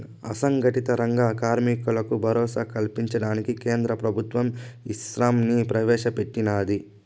అసంగటిత రంగ కార్మికులకు భరోసా కల్పించడానికి కేంద్ర ప్రభుత్వం ఈశ్రమ్ ని ప్రవేశ పెట్టినాది